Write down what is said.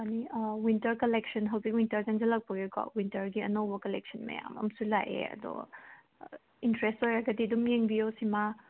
ꯐꯅꯤ winter collection ꯍꯧꯖꯤꯛ ꯍꯧꯖꯤꯛ ꯋꯤꯟꯇꯔ ꯆꯪꯁꯤꯜꯂꯛꯄꯒꯤꯀꯣ ꯋꯤꯟꯇꯔꯒꯤ ꯑꯅꯧꯕ ꯀꯂꯦꯛꯁꯟ ꯃꯌꯥꯝ ꯑꯃꯁꯨ ꯂꯤꯛꯑꯦ ꯑꯗꯣ ꯏꯟꯇ꯭ꯔꯦꯁ ꯑꯣꯏꯔꯒꯗꯤ ꯑꯗꯨꯝ ꯌꯦꯡꯕꯤꯌꯣ ꯁꯤꯃꯥ